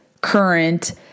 current